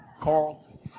Carl